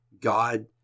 God